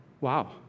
Wow